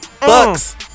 Bucks